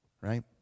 right